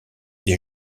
des